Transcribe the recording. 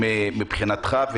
מבחינתך,